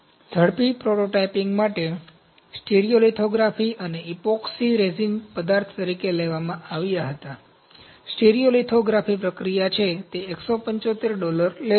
ઝડપી પ્રોટોટાઇપિંગ માટે સ્ટીરિયોલિથોગ્રાફી અને ઇપોક્સી રેઝિન પદાર્થ તરીકે લેવામાં આવ્યા હતા સ્ટીરીયોલિથોગ્રાફી પ્રક્રિયા છે તે 175 ડોલર લે છે